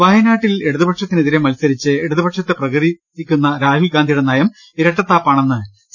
വയനാട്ടിൽ ഇടതുപക്ഷത്തിനെതിരെ മത്സരിച്ച് ഇടതുപക്ഷത്തെ പ്രകീർത്തിക്കുന്ന രാഹുൽഗാന്ധിയുടെ നയം ഇരട്ടത്താപ്പാണെന്ന് സി